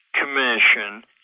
Commission